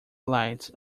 lights